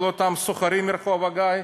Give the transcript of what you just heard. כל אותם סוחרים מרחוב הגיא,